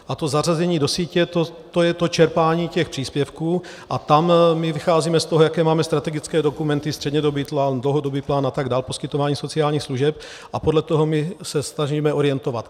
A zařazení do sítě, to je to čerpání těch příspěvků a tam vycházíme z toho, jaké máme strategické dokumenty, střednědobý plán, dlouhodobý plán a tak dál, poskytování sociálních služeb, a podle toho se snažíme orientovat.